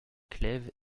clèves